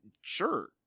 sure